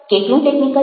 કેટલું ટેકનિકલ